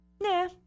Nah